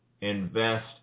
invest